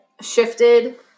shifted